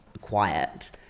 quiet